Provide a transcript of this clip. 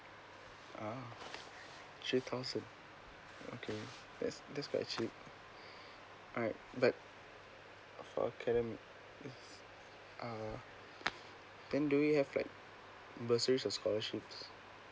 uh three thousands okay that's that's quite cheap alright but how can uh can do we have like bursary or scholarship